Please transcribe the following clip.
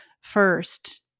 first